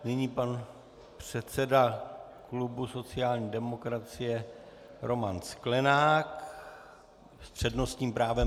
Nyní pan předseda klubu sociální demokracie Roman Sklenák s přednostním právem.